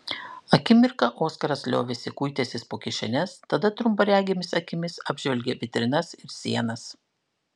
akimirką oskaras liovėsi kuitęsis po kišenes tada trumparegėmis akimis apžvelgė vitrinas ir sienas